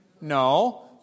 No